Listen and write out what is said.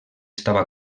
estava